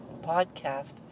podcast